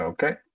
Okay